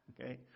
Okay